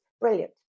Brilliant